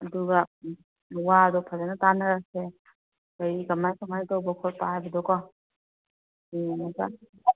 ꯑꯗꯨꯒ ꯋꯥꯗꯨ ꯐꯖꯅ ꯇꯥꯟꯅꯔꯁꯦ ꯑꯗꯒꯤ ꯀꯃꯥꯏ ꯀꯃꯥꯏ ꯇꯧꯕ ꯈꯣꯠꯄ ꯍꯥꯏꯕꯗꯣ ꯀꯣ ꯌꯦꯡꯉꯒ